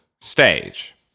stage